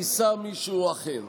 יישא מישהו אחר.